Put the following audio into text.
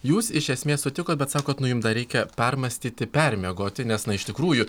jūs iš esmės sutikot bet sakot nu jum dar reikia permąstyti permiegoti nes na iš tikrųjų